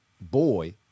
boy